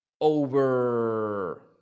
over